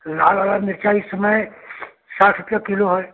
लाल वाला मिर्च भी इस समय साठ रुपया किलो है